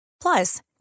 Plus